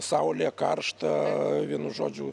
saulė karšta vienu žodžiu